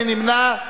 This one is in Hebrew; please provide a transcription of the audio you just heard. מי נמנע?